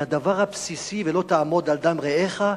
כי הדבר הבסיסי, לא תעמוד על דם רעך,